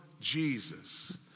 Jesus